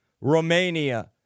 Romania